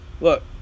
look